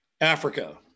Africa